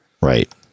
Right